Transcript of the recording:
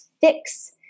fix